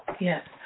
Yes